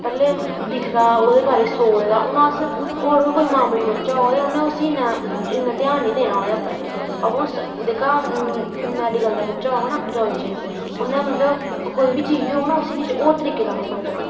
पैह्लें दिखदा औह्दे बारे च सोचदा हून अस होर कोई मामूली बच्चा होग उस ध्यान नी देना ओह्दे पर अवा उस जेह्ड़ा मैडिकल दा बच्चा होग ना जियॉलजी दा उन्नै मतलव किश बी चीज होग ना उन्नै होर तरीके कन्नै सोचना